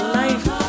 life